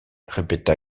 répéta